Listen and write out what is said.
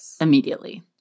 immediately